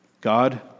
God